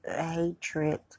hatred